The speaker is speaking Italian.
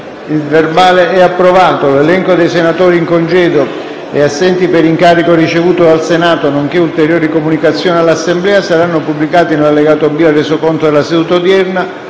nuova finestra"). L'elenco dei senatori in congedo e assenti per incarico ricevuto dal Senato, nonché ulteriori comunicazioni all'Assemblea saranno pubblicati nell'allegato B al Resoconto della seduta odierna.